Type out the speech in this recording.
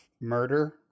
murder